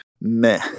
meh